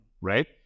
right